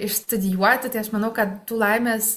išstudijuoti tai aš manau kad tų laimės